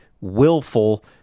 willful